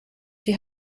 die